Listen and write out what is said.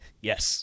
Yes